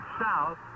south